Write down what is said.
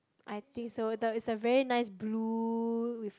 I think so the it's the very nice blue with